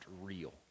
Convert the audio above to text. real